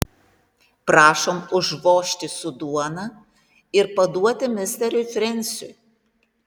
prašom užvožti su duona ir paduoti misteriui frensiui